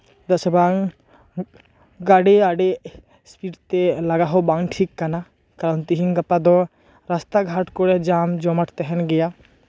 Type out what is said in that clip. ᱪᱮᱫᱟᱜ ᱥᱮ ᱵᱟᱝ ᱜᱟᱺᱰᱤ ᱟᱹᱰᱤ ᱥᱯᱤᱰᱛᱮ ᱞᱟᱜᱟ ᱦᱚᱸ ᱵᱟᱝ ᱴᱷᱤᱠ ᱠᱟᱱᱟ ᱠᱟᱨᱚᱱ ᱛᱤᱦᱤᱧ ᱜᱟᱯᱟ ᱫᱚ ᱨᱟᱥᱛᱟ ᱜᱷᱟᱴ ᱠᱚᱨᱮ ᱡᱟᱢ ᱡᱚᱢᱟᱴ ᱛᱟᱦᱮᱸᱱ ᱜᱮᱭᱟ